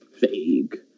Vague